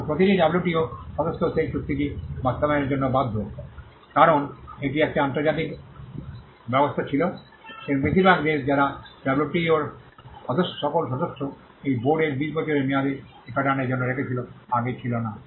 এবং প্রতিটি ডাব্লুটিও সদস্য সেই চুক্তিটি বাস্তবায়নের জন্য বাধ্য কারণ এটি একটি আন্তর্জাতিক ব্যবস্থা ছিল এবং বেশিরভাগ দেশ যারা ডাব্লিউটিওর সকল সদস্য এই বোর্ডের 20 বছরের মেয়াদে এই প্যাটার্নের জন্য রেখেছিল আগে ছিল না